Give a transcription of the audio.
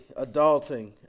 adulting